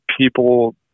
people